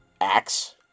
axe